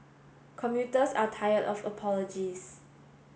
commuters are tired of apologies